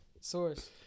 Source